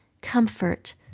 comfort